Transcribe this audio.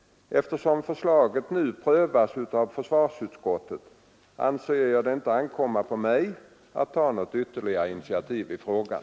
Eftersom förslaget nu prövas av försvarsutskottet anser jag det inte ankomma på mig att ta något ytterligare initiativ i frågan.